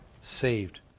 saved